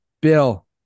Bill